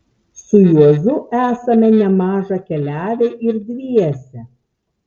su juozu esame nemaža keliavę ir dviese